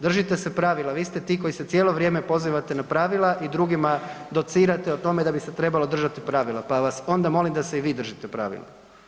Držite se pravila, vi ste ti koji se cijelo vrijeme pozivate na pravila i drugima docirate o tome da bi se trebalo držati pravila, pa vas onda molim da se i vi držite pravila.